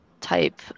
type